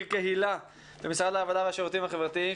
קהילה במשרד העבודה והשירותים החברתיים.